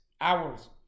hours